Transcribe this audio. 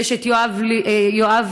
ויש את יואב ספיר,